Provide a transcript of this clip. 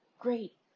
Great